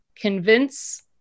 Convince